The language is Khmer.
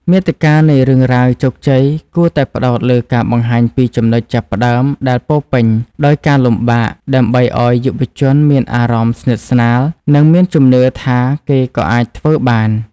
មាតិកានៃរឿងរ៉ាវជោគជ័យគួរតែផ្ដោតលើការបង្ហាញពីចំណុចចាប់ផ្ដើមដែលពោរពេញដោយការលំបាក ដើម្បីឱ្យយុវជនមានអារម្មណ៍ស្និទ្ធស្នាល និងមានជំនឿថាគេក៏អាចធ្វើបាន។